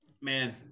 man